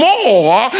More